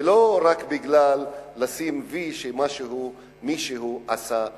ולא רק כדי לשים "וי" כי מישהו עשה אי-פעם.